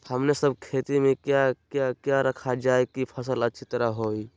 हमने सब खेती में क्या क्या किया रखा जाए की फसल अच्छी तरह होई?